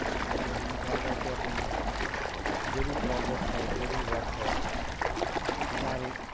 کیونکہ ہم گھر بیٹھے اپنے جو بھی پروجیکٹ ہے جو بھی ورک ہے ہمارے